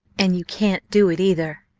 and you can't do it, either,